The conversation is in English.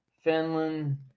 Finland